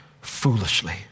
foolishly